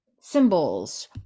symbols